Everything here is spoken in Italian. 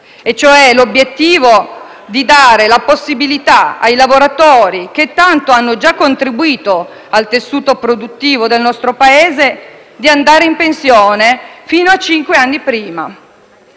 l'obiettivo di dare la possibilità ai lavoratori, che tanto hanno già contribuito al tessuto produttivo del nostro Paese, di andare in pensione fino a cinque anni prima.